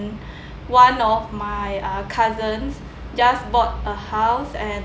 one of my uh cousins just bought a house and